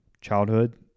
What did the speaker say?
childhood